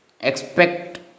Expect